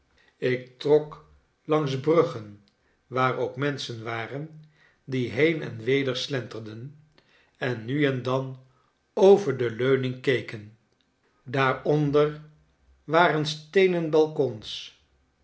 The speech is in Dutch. ik trok langs bruggen waar ook menschen waren die heen en weder slenterden en nu en dan over de leuning keken daaronder waren steenen balkons